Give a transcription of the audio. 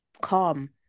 calm